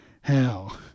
hell